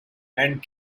and